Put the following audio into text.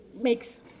makes